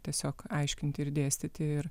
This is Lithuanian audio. tiesiog aiškinti ir dėstyti ir